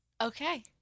Okay